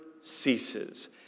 ceases